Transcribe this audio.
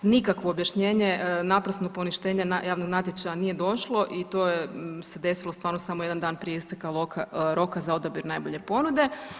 Nikakvo objašnjenje, naprasno poništenje javnog natječaja, nije došlo i to je se desilo samo jedan dan prije isteka roka za odabir najbolje ponude.